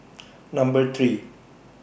Number three